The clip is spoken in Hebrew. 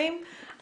מברכים על כך.